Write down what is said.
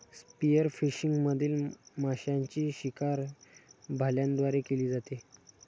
spearfishing मधील माशांची शिकार भाल्यांद्वारे केली जाते